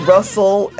Russell